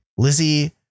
Lizzie